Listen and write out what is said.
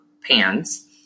pans